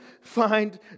find